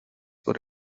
por